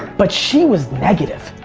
but she was negative.